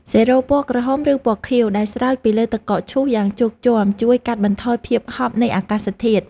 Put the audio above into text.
សេរ៉ូពណ៌ក្រហមឬពណ៌ខៀវដែលស្រោចពីលើទឹកកកឈូសយ៉ាងជោកជាំជួយកាត់បន្ថយភាពហប់នៃអាកាសធាតុ។